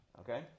Okay